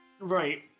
right